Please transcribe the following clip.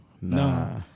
Nah